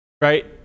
right